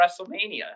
WrestleMania